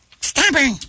Stubborn